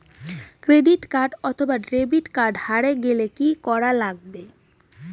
Credit card অথবা debit card হারে গেলে কি করা লাগবে?